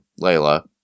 Layla